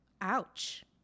Ouch